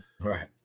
Right